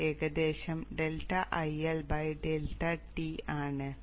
അവ ഏകദേശം ∆IL ∆T ആണ്